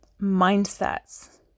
mindsets